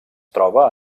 troba